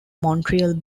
montreal